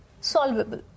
solvable